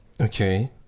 Okay